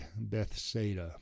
Bethsaida